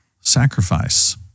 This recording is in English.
sacrifice